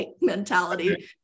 mentality